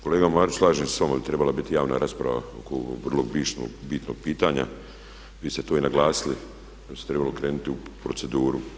Kolega Marić slažem se s vama da je trebala biti javna rasprava oko ovog vrlo bitnog pitanja vi ste to i naglasili da bi se trebalo krenuti u proceduru.